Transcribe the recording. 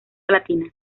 latina